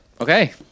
Okay